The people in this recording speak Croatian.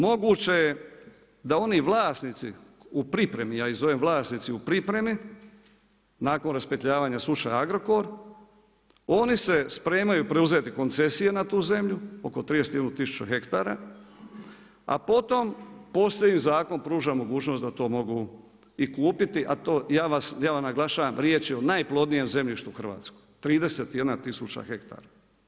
Moguće je da oni vlasnici u pripremi, ja ih zovem vlasnici u pripremi, nakon raspetljavanja slučaj Agrokor, oni se spremaju preuzeti koncesije na tu zemlju, oko 31 tisuću hektara, a potom … pruža mogućnost da to mogu i kupiti, a ja vam naglašavam, riječ je o najplodnijem zemljištu Hrvatskoj, 31 tisuća hektara.